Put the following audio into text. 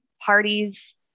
parties